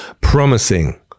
promising